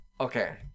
Okay